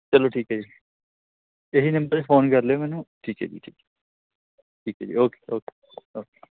ਚੱਲੋ ਠੀਕ ਹੈ ਜੀ ਇਹ ਹੀ ਨੰਬਰ 'ਤੇ ਫੋਨ ਕਰ ਲਿਓ ਮੈਨੂੰ ਠੀਕ ਹੈ ਜੀ ਠੀਕ ਹੈ ਠੀਕ ਹੈ ਜੀ ਓਕੇ ਓਕੇ ਓਕੇ